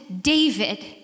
David